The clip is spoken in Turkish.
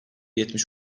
yetmiş